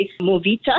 MoVita